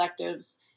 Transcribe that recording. collectives